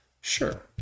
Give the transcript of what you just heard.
sure